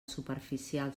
superficial